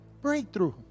Breakthrough